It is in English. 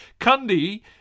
Cundy